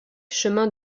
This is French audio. chemin